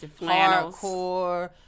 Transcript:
hardcore